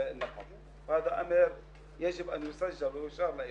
סוציאלי שנים רבות ואני רוצה לבקש,